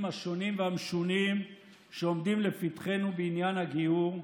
השונים והמשונים שעומדים לפתחנו בעניין הגיור.